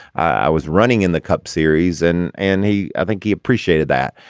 i was running in the cup series and and he i think he appreciated that.